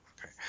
okay